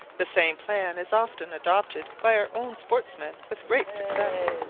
the same plan is often adopted by our own sportsmen with great success.